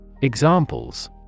Examples